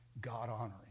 God-honoring